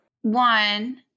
One